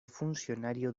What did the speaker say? funcionario